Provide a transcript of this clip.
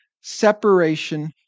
separation